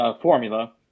formula